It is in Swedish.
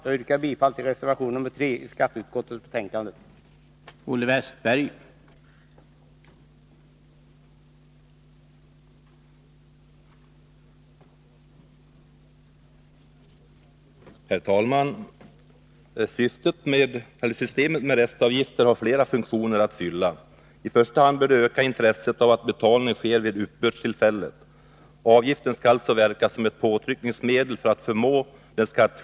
Jag yrkar bifall till reservation nr 3 vid skatteutskottets betänkande 1982/83:11.